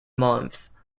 months